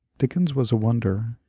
dickens was a wonder.